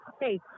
hey